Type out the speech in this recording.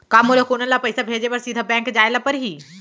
का मोला कोनो ल पइसा भेजे बर सीधा बैंक जाय ला परही?